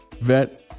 vet